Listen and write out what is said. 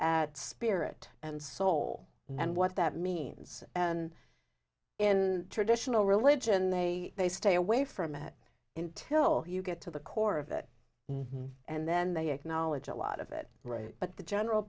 at spirit and soul and what that means and in traditional religion they they stay away from it in till you get to the core of it and then they acknowledge a lot of it right but the general